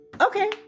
okay